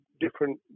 different